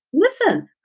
listen,